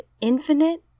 infinite